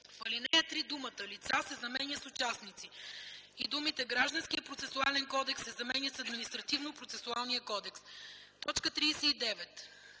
в ал. 3 думата „лица” се заменя с „участници” и думите „Гражданския процесуален кодекс” се заменят с „Административнопроцесуалния кодекс”. 39.